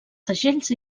segells